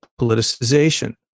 politicization